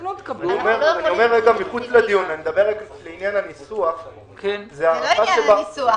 לא תקבלו- -- לעניין הניסוח- -- זה לא עניין הניסוח.